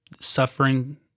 suffering